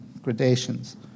gradations